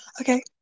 Okay